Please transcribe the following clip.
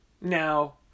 Now